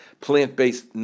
plant-based